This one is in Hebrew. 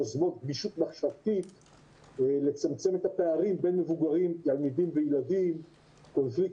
בעיקר בעידן הקורונה,